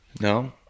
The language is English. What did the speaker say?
No